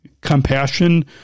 compassion